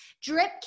drip